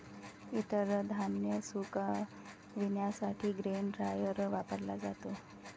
इतर धान्य सुकविण्यासाठी ग्रेन ड्रायर वापरला जातो